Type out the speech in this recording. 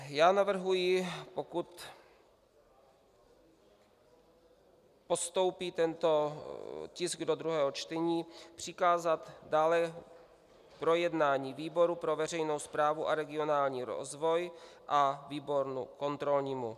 Já navrhuji, pokud postoupí tento tisk do druhého čtení, přikázat dále k projednání výboru pro veřejnou správu a regionální rozvoj a výboru kontrolnímu.